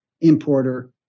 importer